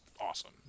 awesome